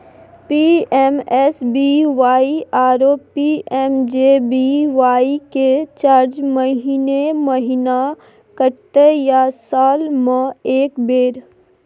PMSBY आरो PMJBY के charge महीने महीना कटते या साल म एक बेर?